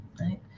right